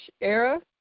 era